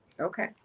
Okay